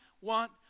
want